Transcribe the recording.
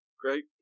Great